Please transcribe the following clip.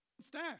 staff